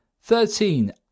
thirteen